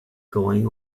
going